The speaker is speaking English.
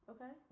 Okay